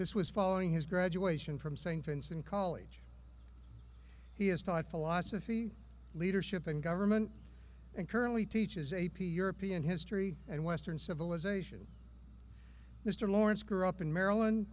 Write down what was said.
this was following his graduation from st vincent college he has taught philosophy leadership and government and currently teaches a p european history and western civilization mr lawrence grew up in maryland